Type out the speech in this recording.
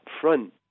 front